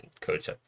coach